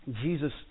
Jesus